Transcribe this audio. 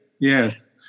Yes